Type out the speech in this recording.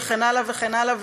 וכן הלאה וכן הלאה,